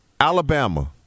Alabama